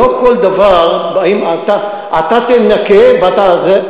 לא כל דבר באים: אתה תנקה ואתה זה.